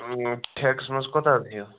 یِم ٹھیکس منٛز کوٗتاہ حظ ہیٚیو